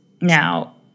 Now